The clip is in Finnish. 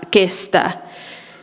kestää